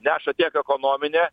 neša tiek ekonominę